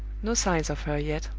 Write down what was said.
no signs of her yet.